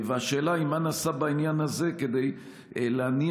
והשאלה היא מה נעשה בעניין הזה כדי להניע